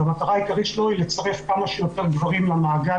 המטרה העיקרית שלו היא לצרף כמה שיותר גברים למעגל